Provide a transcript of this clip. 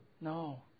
No